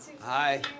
Hi